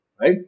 right